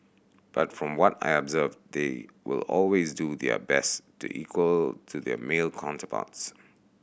but from what I observed they will always do their best to equal to their male counterparts